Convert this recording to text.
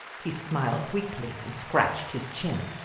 he smiled weakly and scratched his chin.